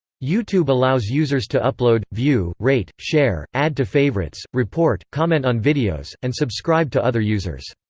youtube allows users to upload, view, rate, share, add to favorites, report, comment on videos, and subscribe to other users.